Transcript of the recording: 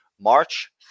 March